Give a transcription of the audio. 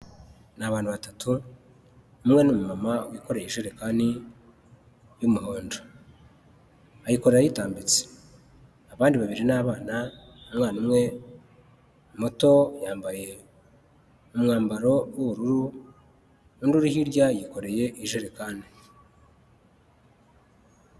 Ni abantu batatu. Umwe ni umumama wikoreye ijerekani y'umuhondo ayikoreye ayitambitse. Abandi babiri ni abana; umwana umwe muto yambaye umwambaro w'ubururu undi uri hirya yikoreye ijerekani.